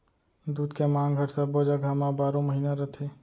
दूद के मांग हर सब्बो जघा म बारो महिना रथे